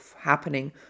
happening